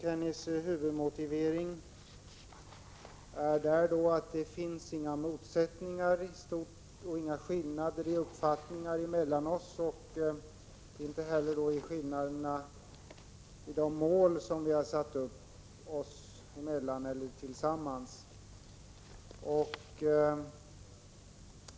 Hennes huvudmotivering var att det inte finns några motsättningar eller skillnader i uppfattningar mellan oss och inte heller några skillnader när det gäller de mål som vi satt upp tillsammans.